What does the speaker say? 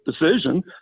decision